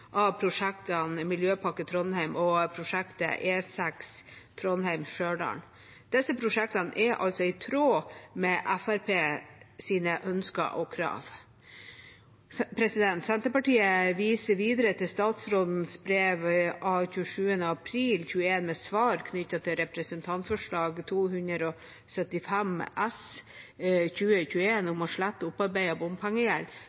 av prosjektene Miljøpakken Trondheim og prosjektet E6 Trondheim–Stjørdal. Disse prosjektene er altså i tråd med Fremskrittspartiets ønsker og krav. Senterpartiet viser videre til statsrådens brev av 27. april 2021 med svar knyttet til representantforslaget, Dokument 8:275 S